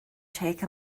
take